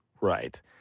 Right